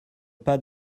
pas